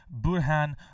Burhan